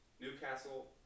Newcastle